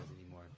anymore